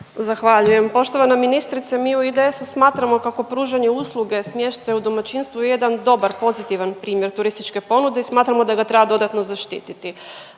Zahvaljujem. Poštovana ministrice, mi u IDS-u smatramo kako pružanje usluge smještaja u domaćinstvu je jedan dobar i pozitivan primjer turističke ponude i smatramo da ga treba dodatno zaštititi.